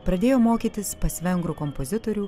pradėjo mokytis pas vengrų kompozitorių